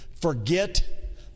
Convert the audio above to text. forget